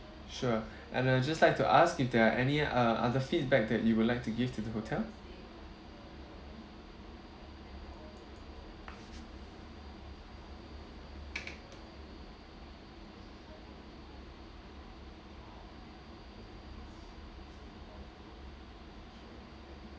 sure and I'd just like to ask if there are any uh other feedback that you would like to give to the hotel